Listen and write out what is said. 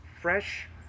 fresh